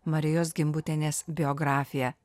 marijos gimbutienės biografiją